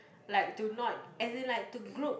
like to not as in like to group